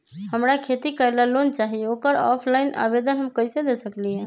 हमरा खेती करेला लोन चाहि ओकर ऑफलाइन आवेदन हम कईसे दे सकलि ह?